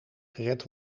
gered